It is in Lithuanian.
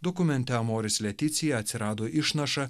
dokumente amoris leticija atsirado išnaša